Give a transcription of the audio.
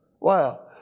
Wow